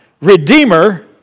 Redeemer